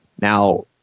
Now